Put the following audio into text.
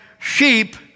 sheep